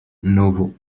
novel